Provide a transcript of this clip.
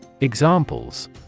Examples